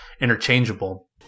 interchangeable